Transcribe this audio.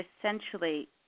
essentially